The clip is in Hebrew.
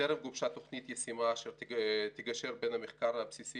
טרם גובשה תוכנית ישימה אשר תגשר בין המחקר הבסיסי